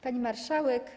Pani Marszałek!